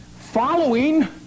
Following